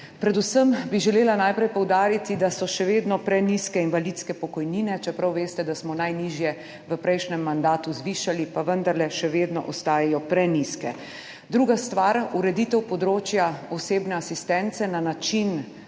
Predvsem bi želela najprej poudariti, da so še vedno prenizke invalidske pokojnine. Čeprav veste, da smo najnižje v prejšnjem mandatu zvišali, vendarle še vedno ostajajo prenizke. Druga stvar, ureditev področja osebne asistence na način,